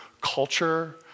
culture